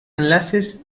enlaces